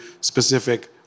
specific